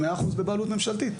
100% בבעלות ממשלתית.